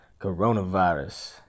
Coronavirus